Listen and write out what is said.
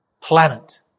planet